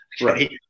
right